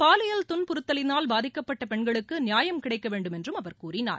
பாலியல் துன்புறுத்தலினால் பாதிக்கப்பட்ட பெண்களுக்கு நியாயம் கிடைக்க வேண்டுமென்றும் அவர் கூறினார்